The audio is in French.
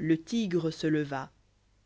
i e tigre se leva